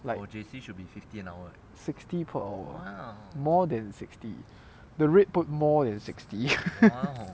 like sixty per hour more than sixty the rate put more than sixty